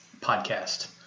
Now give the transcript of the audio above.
podcast